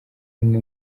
imwe